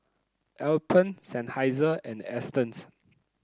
Alpen Seinheiser and Astons